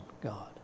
God